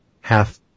half